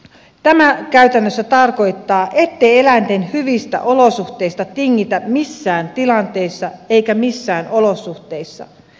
tämä käytännössä tarkoittaa ettei eläinten hyvistä olosuhteista tingitä missään tilanteissa eikä missään olosuhteissa